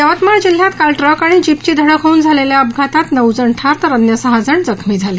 यवतमाळ जिल्ह्यात काल ट्रक आणि जीपची धडक होऊन झालेल्या अपघातात नऊ जण ठार तर अन्य सहा जण जखमी झाले